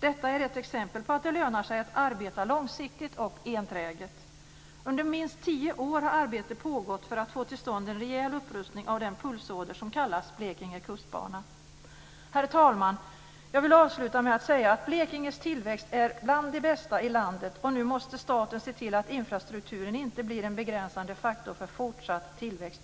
Detta är ett exempel på att det lönar sig att arbeta långsiktigt och enträget. Under minst tio år har arbetet pågått för att få till stånd en rejäl upprustning av den pulsåder som kallas Herr talman! Jag vill avsluta med att säga att Blekinges tillväxt är bland de bästa i landet. Nu måste staten se till att infrastrukturen inte blir en begränsande faktor för fortsatt tillväxt.